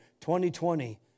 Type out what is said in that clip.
2020